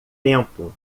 tempo